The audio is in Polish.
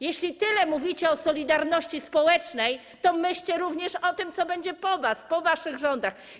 Jeśli tyle mówicie o solidarności społecznej, to pomyślcie również o tym, co będzie po was, po waszych rządach.